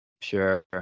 Sure